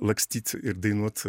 lakstyt ir dainuot